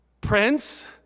prince